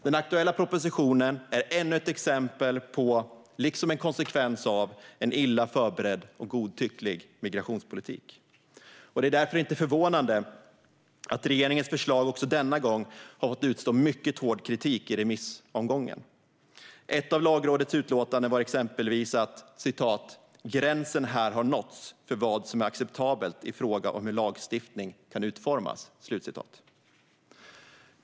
Den aktuella propositionen är ännu ett exempel på, liksom en konsekvens av, en illa förberedd och godtycklig migrationspolitik. Det är därför inte förvånande att regeringens förslag också denna gång har fått utstå mycket hård kritik i remissomgången. Ett av Lagrådets utlåtanden var exempelvis att "gränsen här har nåtts för vad som är acceptabelt i fråga om hur lagstiftning kan utformas".